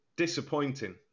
disappointing